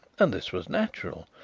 and this was natural.